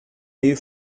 meio